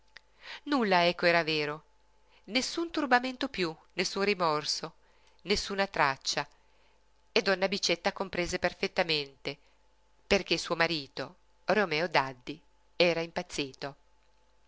nulla ecco era vero nessun turbamento piú nessun rimorso nessuna traccia e donna bicetta comprese perfettamente perché suo marito romeo daddi era impazzito